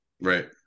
Right